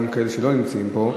גם כאלה שלא נמצאים פה,